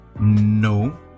No